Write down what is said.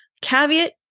caveat